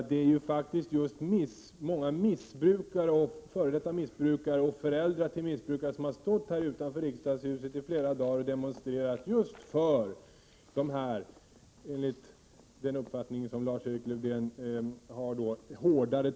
Men det är faktiskt så att många missbrukare, före detta missbrukare och föräldrar till missbrukare i flera dagar har stått utanför riksdagshuset och demonstrerat just för dessa, enligt Lars-Erik Lövdéns uppfattning, hårdare tag emot missbrukare.